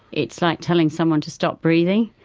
it's like telling someone to stop breathing.